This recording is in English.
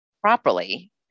properly